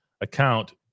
account